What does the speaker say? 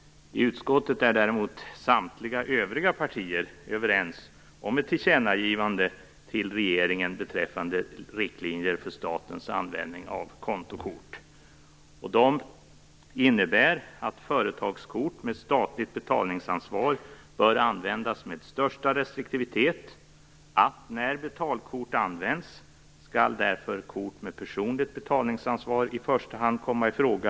Däremot är samtliga övriga partier i utskottet överens om ett tillkännagivande till regeringen beträffande riktlinjer för statens användning av kontokort. Dessa innebär att företagskort med statligt betalningsansvar bör användas med största restriktivitet, och att när betalkort används skall därför kort med personligt betalningsansvar i första hand komma i fråga.